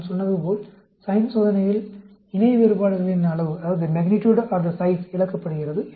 நான் சொன்னது போல் சைன் சோதனையில் இணை வேறுபாடுகளின் அளவு இழக்கப்படுகிறது